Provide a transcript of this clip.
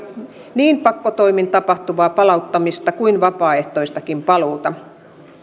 niin pakkotoimin tapahtuvaa palauttamista kuin vapaaehtoistakin paluuta